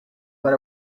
but